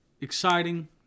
exciting